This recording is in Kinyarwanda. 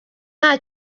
nta